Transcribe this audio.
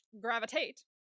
gravitate